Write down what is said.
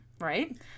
right